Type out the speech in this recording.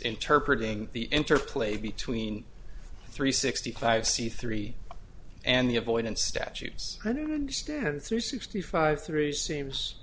interpret ing the interplay between three sixty five c three and the avoidance statutes i don't understand three sixty five three seems